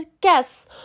guess